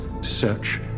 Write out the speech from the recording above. search